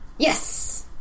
Yes